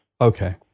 Okay